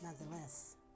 nonetheless